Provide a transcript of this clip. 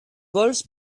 vols